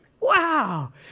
Wow